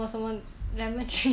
I don't know